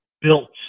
built